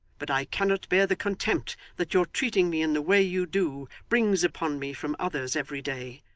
but i cannot bear the contempt that your treating me in the way you do, brings upon me from others every day.